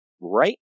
right